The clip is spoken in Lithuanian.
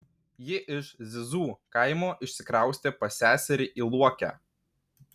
ji iš zizų kaimo išsikraustė pas seserį į luokę